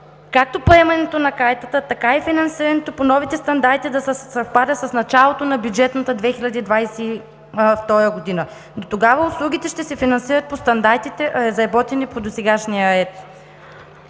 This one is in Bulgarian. както приемането на Картата, така и финансирането по новите стандарти да съвпада с началото на бюджетната 2022 г. Дотогава услугите ще се финансират по стандартите, разработени по досегашния ред.